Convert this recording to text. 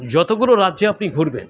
যতোগুলো রাজ্যে আপনি ঘুরবেন